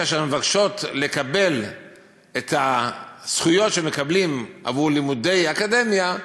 כאשר הן מבקשות לקבל את הזכויות שמקבלים עבור לימודי אקדמיה,